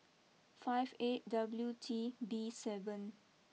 five eight W T B seven